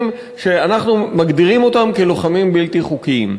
שאנחנו מגדירים אותם כלוחמים בלתי חוקיים.